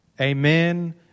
amen